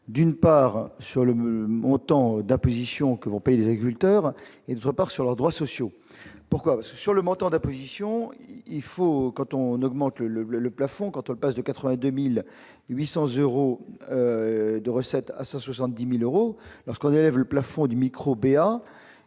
d'une part sur le montant d'imposition que vous payez des régulateurs et de repart sur leurs droits sociaux pourquoi sur le montant d'imposition, il faut quand on augmente le le le le plafond quand on passe de 80 2800 euros de recettes à 70000 euros lorsqu'on élève le plafond du micro PA,